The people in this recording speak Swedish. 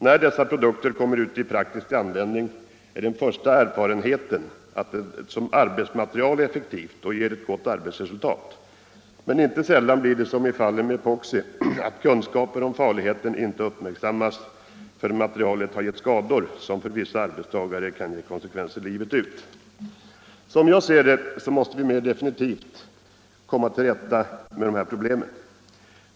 När dessa produkter kommer ut i praktisk användning är den första erfarenheten att de som arbetsmaterial är effektiva och ger ett gott arbetsresultat. Men inte sällan blir det, som i fallet med epoxi, så att materialets farlighet inte uppmärksammas förrän det har gett skador som för vissa arbetstagare varar livet ut. Som jag ser det måste vi mer definitivt komma till rätta med dessa problem.